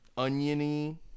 Oniony